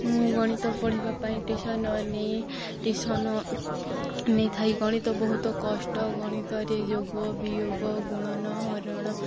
ମୁଁ ଗଣିତ ପଢ଼ିବା ପାଇଁ ଟ୍ୟୁସନ ନେଇ ଟିସନ ନେଇଥାଏ ଗଣିତ ବହୁତ କଷ୍ଟ ଗଣିତରେ ଯୋଗ ବିୟୋଗ ଗୁଣନ ହରଣ